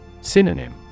Synonym